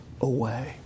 away